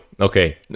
Okay